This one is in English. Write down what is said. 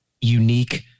unique